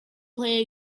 play